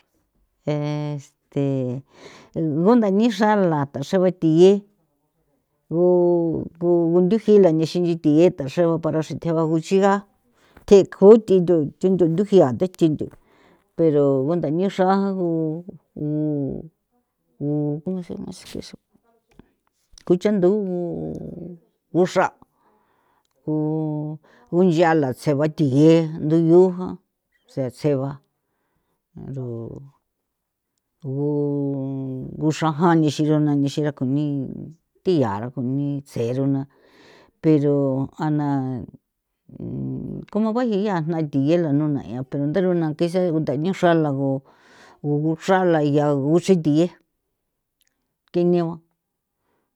Este gundanixra la tha xra ba thiye gu gunthuji la nchexinche thie tha xre ba para xri thee ba guchiga thje ko thji ntho ndujia the thi ntho pero gundanixra gu gu gu como se llama eso ku chanthu'u gu guxraa gu gunchiala tse ba thiye nthuiuja yaa tse'e ba ero guxra jan ni xi nexi ra ko nii thi'ara ko nii tsero na pero ana como baji'i yaa jna thie la nuna'ia pero ntharuna kesa undanixra la gu guxrala iagu ixri thiye ke negua.